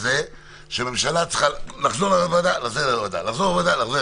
שהממשלה צריכה ללכת לוועדה הלוך ושוב